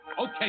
Okay